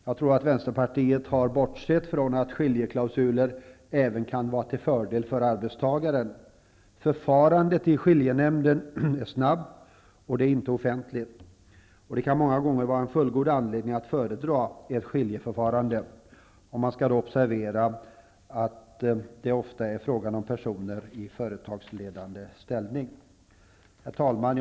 Jag tror att vänsterpartiet har bortsett från att skiljeklausuler även kan vara till fördel för arbetstagaren. Förfarandet i skiljenämnderna är snabbt, och det är inte offentligt. Det kan många gånger vara fullgod anledning att föredra ett skiljeförfarande. Man skall observera att det i detta sammanhang ofta är personer i företagsledande ställning som berörs. Herr talman!